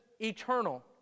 eternal